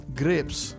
grapes